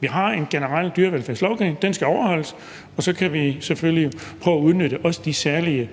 Vi har en generel dyrevelfærdslovgivning, som skal overholdes, og så kan vi selvfølgelig derudover prøve at udnytte de særlige